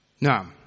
Now